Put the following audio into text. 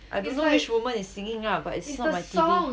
I don't know which woman is singing ah but it's not my T_V